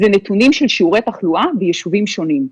זה נתונים של שיעורי תחלואה ביישובים שונים.